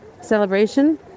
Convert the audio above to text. celebration